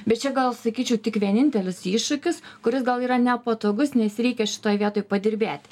bet čia gal sakyčiau tik vienintelis iššūkis kuris gal yra nepatogus nes reikia šitoj vietoj padirbėti